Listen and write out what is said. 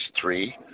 three